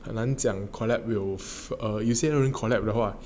很难讲 collab will err 有些人 collab 的话